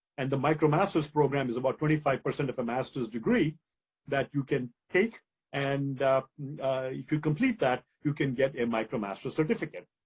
and the micromasters program is about twenty five percent of a master's degree that you can take and you could complete that, you can get a micromasters certificate.